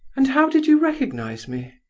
and how did you recognize me?